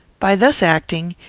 by thus acting,